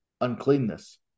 uncleanness